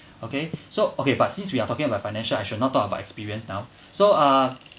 okay so okay but since we are talking about financial I should not talk about experience now so uh